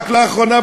רק לאחרונה,